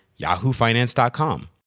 yahoofinance.com